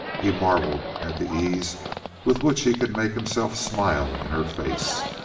he marvelled at the ease with which he could make himself smile in her face.